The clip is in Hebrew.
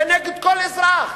זה נגד כל אזרח,